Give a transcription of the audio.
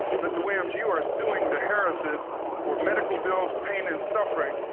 mr. williams, you are suing the harrises for medical bills, pain and suffering,